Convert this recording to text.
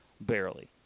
barely